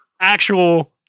actual